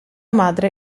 madre